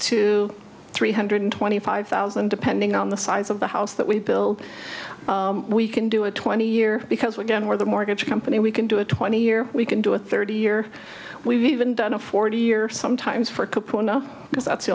to three hundred twenty five thousand depending on the size of the house that we built we can do a twenty year because we're down where the mortgage company we can do a twenty year we can do a thirty year we've even done a forty year sometimes for capuano because that's the